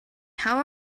how